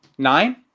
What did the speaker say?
nine,